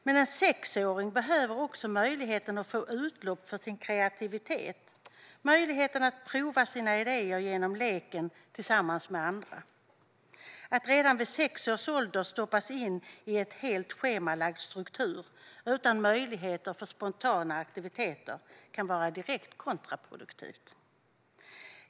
Men en sexåring behöver också möjlighet att få utlopp för sin kreativitet och prova sina idéer genom leken tillsammans med andra. Att redan vid sex års ålder stoppas in i en helt schemalagd struktur, utan möjligheter till spontana aktiviteter, kan vara direkt kontraproduktivt.